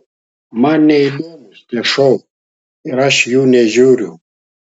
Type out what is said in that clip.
man neįdomūs tie šou ir aš jų nežiūriu